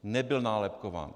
Nebyl nálepkován.